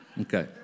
Okay